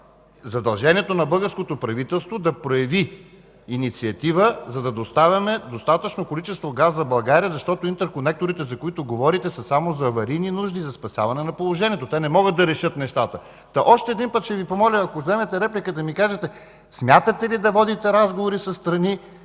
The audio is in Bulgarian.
задължението на българското правителство да прояви инициатива, за да доставяме достатъчно количество газ за България, защото интерконекторите, за които говорите, са само за аварийни нужди, за спасяване на положението. Те не могат да решат нещата. Още един път ще Ви помоля, ако вземете реплика, да отговорите смятате ли да водите разговори със страни,